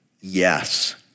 Yes